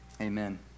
amen